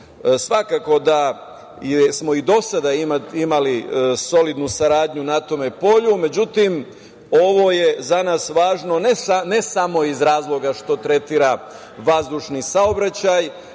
Svakako da smo i do sada imali solidnu saradnju na tom polju, međutim, ovo je za nas važno ne samo iz razloga što tretira vazdušni saobraćaj,